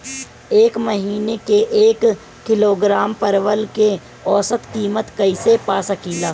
एक महिना के एक किलोग्राम परवल के औसत किमत कइसे पा सकिला?